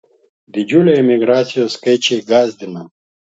didžiuliai emigracijos skaičiai gąsdina